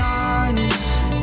honest